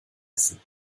essen